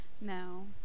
No